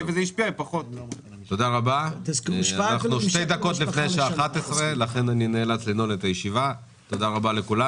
תודה רבה, אני נועל את הישיבה.